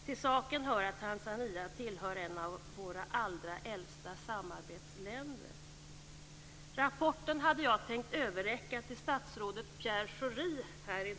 Till saken hör att Tanzania är ett av våra allra äldsta samarbetsländer. Jag hade tänkt att i dag här i kammaren överräcka rapporten till statsrådet Pierre Schori.